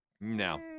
no